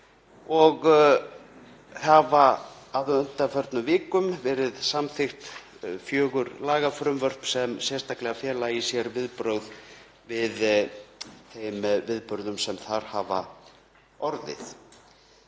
og á undanförnum vikum hafa verið samþykkt fjögur lagafrumvörp sem sérstaklega fela í sér viðbrögð við þeim viðburðum sem þar hafa orðið.